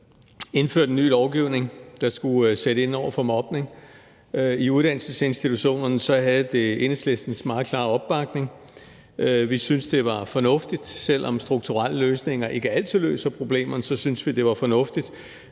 vedtog en ny lovgivning, der skulle sætte ind over for mobning på uddannelsesinstitutionerne, havde den Enhedslistens meget klare opbakning. Vi syntes, det var fornuftigt. Selv om strukturelle løsninger ikke altid løser problemerne, syntes vi, det var fornuftigt